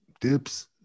dips